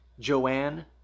Joanne